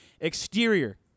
Exterior